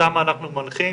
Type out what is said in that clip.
שאותם אנחנו מנחים,